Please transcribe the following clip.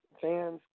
Fans